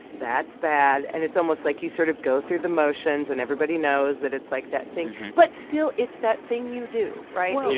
that's bad. and it's almost like you sort of go through the motions, and everybody knows that it's, like, that thing. but still, it's that thing you do, right? yeah